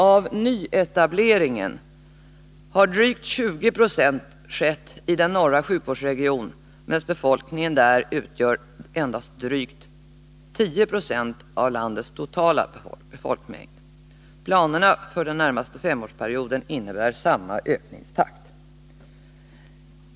Av nyetableringarna har drygt 20 96 skett i den norra sjukvårdsregionen, medan befolkningen där utgör endast drygt 10 96 av landets totala folkmängd. Planerna för den närmaste femårsperioden innebär samma ökningstakt.